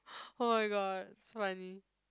oh-my-god so funny